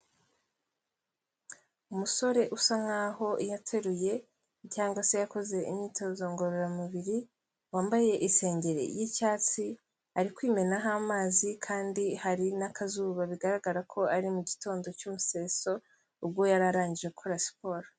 Umusore usa nkaho yateruye cyangwa se yakoze imyitozo ngororamubiri, wambaye isenge y'icyatsi, ari kwimenaho amazi kandi hari n'akazuba bigaragara ko ari mu gitondo cy'umuseso, ubwo yari arangije gukora siporo.